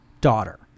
daughter